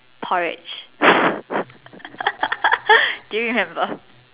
porridge do you remember